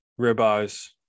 Ribeyes